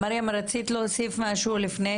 מרים, רצית להוסיף משהו לפני